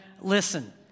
listen